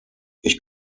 ich